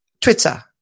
twitter